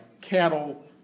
cattle